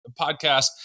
podcast